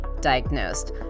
diagnosed